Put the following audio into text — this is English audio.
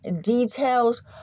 details